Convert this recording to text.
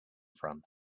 from